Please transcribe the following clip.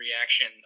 reaction